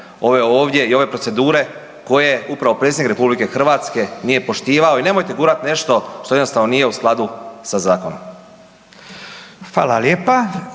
ove ovdje i ove procedure koje upravo predsjednik RH nije poštivao i nemojte gurati nešto što jednostavno nije u skladu sa zakonom. **Radin,